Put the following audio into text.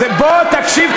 בוא תקשיב,